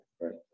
right